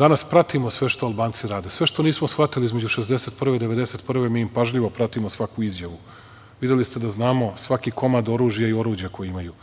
danas pratimo sve što Albanci rade. Sve što nismo shvatili između 1961. i 1991. godine mi im pažljivo pratimo svaku izjavu. Videli ste da znamo svaki komad oružja i oruđa koji imaju.